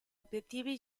obiettivi